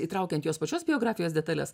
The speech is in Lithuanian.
įtraukiant jos pačios biografijos detales